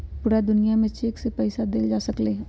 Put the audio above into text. पूरा दुनिया में चेक से पईसा देल जा सकलई ह